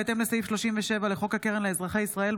בהתאם לסעיף 37 לחוק הקרן לאזרחי ישראל,